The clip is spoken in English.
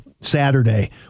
Saturday